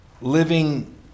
living